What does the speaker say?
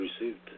received